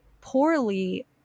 poorly